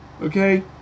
Okay